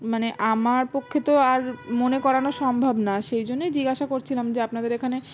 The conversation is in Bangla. মানে আমার পক্ষে তো আর মনে করানো সম্ভব না সেই জন্যই জিজ্ঞাসা করছিলাম যে আপনাদের এখানে